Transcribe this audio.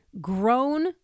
grown